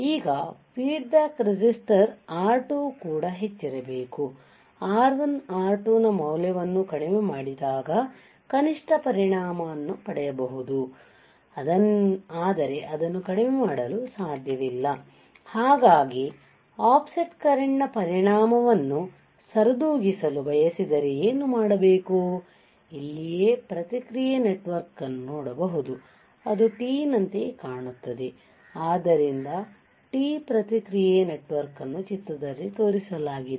ಈಗ feedback resistor R2 ಕೂಡ ಹೆಚ್ಚಿರಬೇಕುR1 R2ನ ಮೌಲ್ಯವನ್ನು ಕಡಿಮೆ ಮಾಡಿದಾಗ ಕನಿಷ್ಟ ಪರಿಣಾಮವನ್ನು ಪಡೆಯಬಹುದು ಆದರೆ ಅದನ್ನು ಕಡಿಮೆ ಮಾಡಲು ಸಾಧ್ಯವಿಲ್ಲ ಹಾಗಾಗಿ ಆಫ್ಸೆಟ್ ಕರೆಂಟ್ನ ಪರಿಣಾಮವನ್ನು ಸರಿದೂಗಿಸಲು ಬಯಸಿದರೆ ಏನು ಮಾಡಬೇಕು ಇಲ್ಲಿಯೇ ಪ್ರತಿಕ್ರಿಯೆ ನೆಟ್ವರ್ಕ್ ಅನ್ನು ನೋಡಬಹುದು ಅದು T ನಂತೆ ಕಾಣುತ್ತದೆ ಆದ್ದರಿಂದ t ಪ್ರತಿಕ್ರಿಯೆ ನೆಟ್ವರ್ಕ್ ನ್ನು ಚಿತ್ರದಲ್ಲಿ ತೋರಿಸಲಾಗಿದೆ